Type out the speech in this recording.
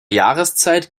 jahreszeit